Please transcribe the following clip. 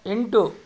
ಎಂಟು